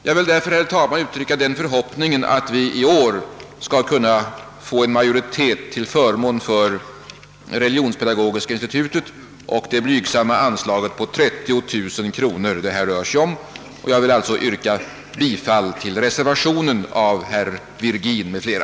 Jag vill därför uttrycka förhoppningen att vi i år skall få majoritet för det blygsamma anslag om 30 000 kronor till Religionspedagogiska institutet som det här handlar om. Herr talman! Jag yrkar bifall till reservationen av herr Virgin m.fl.